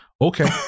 Okay